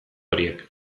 horiek